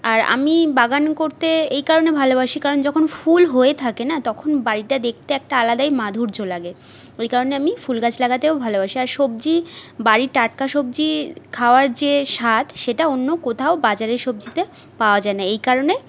আর আমি বাগান করতে এই কারণে ভালোবাসি কারণ যখন ফুল হয়ে থাকে না তখন বাড়িটা দেখতে একটা আলাদাই মাধুর্য্য লাগে ওই কারণে আমি ফুল গাছ লাগাতেও ভালোবাসি আর সবজি বাড়ির টাটকা সবজি খাওয়ার যে স্বাদ সেটা অন্য কোথাও বাজারের সবজিতে পাওয়া যায় না এই কারণে